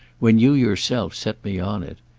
when you yourself set me on it.